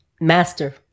master